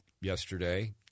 yesterday